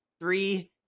three